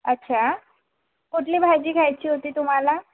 अच्छा कुठली भाजी घ्यायची होती तुम्हाला